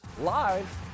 live